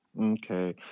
Okay